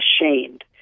ashamed